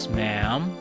ma'am